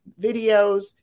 Videos